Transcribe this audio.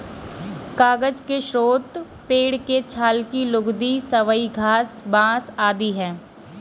कागज के स्रोत पेड़ के छाल की लुगदी, सबई घास, बाँस आदि हैं